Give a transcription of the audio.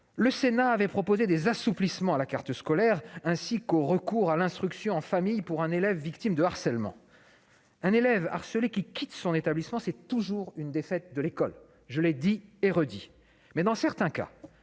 Le Sénat avait proposé des assouplissements de la carte scolaire, ainsi que des modalités de recours à l'instruction en famille, pour les élèves victimes de harcèlement. Un élève harcelé qui quitte son établissement, c'est toujours une défaite de l'école, je l'ai dit et redit. Mais, dans certains cas,